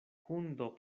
hundo